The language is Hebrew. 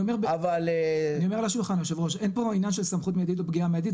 אין פה עניין של סמכות מיידית או פגיעה מיידית,